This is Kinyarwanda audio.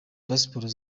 passports